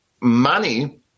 money